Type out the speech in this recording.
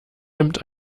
nimmt